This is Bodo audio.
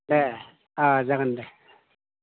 दे दे जागोन दे